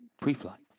pre-flight